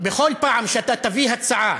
בכל פעם שאתה תביא הצעה